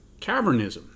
cavernism